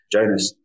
Jonas